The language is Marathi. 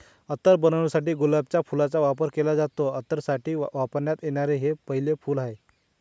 अत्तर बनवण्यासाठी गुलाबाच्या फुलाचा वापर केला जातो, अत्तरासाठी वापरण्यात येणारे हे पहिले फूल आहे